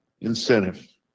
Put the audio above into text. incentive